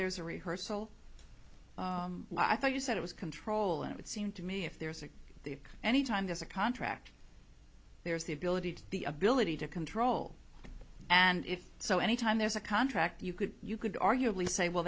there's a rehearsal i thought you said it was control and it seemed to me if there is the any time there's a contract there's the ability to the ability to control and if so any time there's a contract you could you could arguably say well